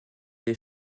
des